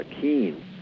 keen